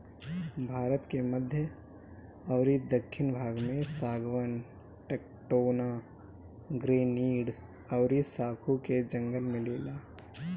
भारत के मध्य अउरी दखिन भाग में सागवान, टेक्टोना, ग्रैनीड अउरी साखू के जंगल मिलेला